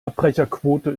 abbrecherquote